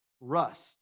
rust